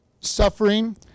suffering